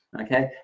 Okay